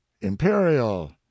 Imperial